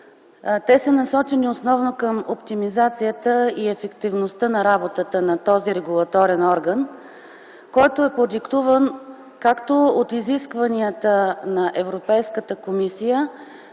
Те са насочени основно към оптимизацията и ефективността на работата на този регулаторен орган, който е продиктуван както от изискванията на Европейската комисия,